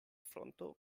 fronto